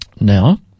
Now